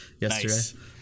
yesterday